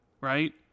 right